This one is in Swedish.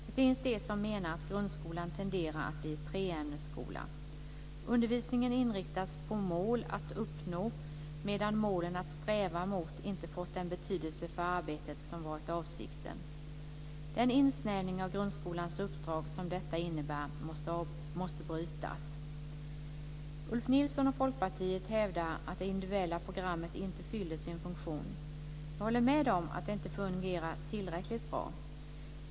Det finns de som menar att grundskolan tenderar att bli en treämnesskola. Undervisningen inriktas på mål att uppnå medan målen att sträva mot inte fått den betydelse för arbetet som varit avsikten. Den insnävning av grundskolans uppdrag som detta innebär måste brytas. Ulf Nilsson och Folkpartiet hävdar att det individuella programmet inte fyller sin funktion. Jag håller med om att det inte fungerar tillräckligt bra.